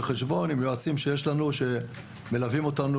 חשבון ועם יועצים שיש לנו שמלווים אותנו